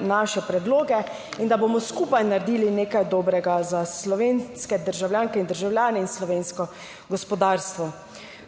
naše predloge in da bomo skupaj naredili nekaj dobrega za slovenske državljanke in državljane in slovensko gospodarstvo.